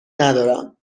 ندارم